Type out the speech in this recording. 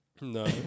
No